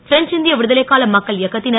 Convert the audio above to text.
French இந் ய விடுதலைக்கால மக்கள் இயக்கத் னர்